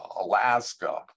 Alaska